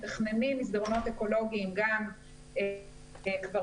מתכננים מסדרונות אקולוגיים והם כבר